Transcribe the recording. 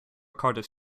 cardiff